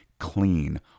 clean